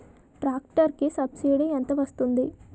Tractor కి subsidy ఎంత వస్తుంది?